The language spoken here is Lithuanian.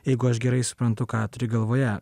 jeigu aš gerai suprantu ką turi galvoje